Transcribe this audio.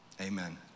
amen